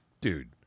dude